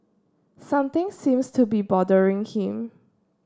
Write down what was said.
something seems to be bothering him